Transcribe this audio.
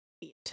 eat